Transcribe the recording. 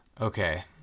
Okay